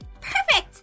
Perfect